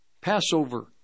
Passover